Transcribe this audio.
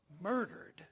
murdered